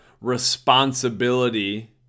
responsibility